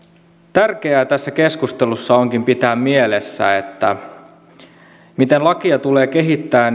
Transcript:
tärkeää tässä keskustelussa onkin pitää mielessä miten lakia tulee kehittää